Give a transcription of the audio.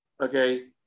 okay